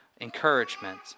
encouragement